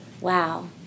Wow